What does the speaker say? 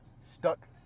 stuck